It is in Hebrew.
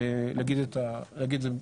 אם נגיד את זה.